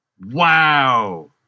Wow